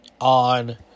on